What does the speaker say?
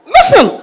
Listen